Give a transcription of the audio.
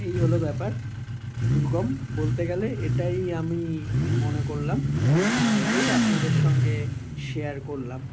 এই হল ব্যাপার দুর্গম বলতে গেলে এটাই আমি মনে করলাম এটাই আপনাদের সঙ্গে শেয়ার করলাম